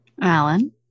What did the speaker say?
Alan